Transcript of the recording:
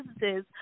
businesses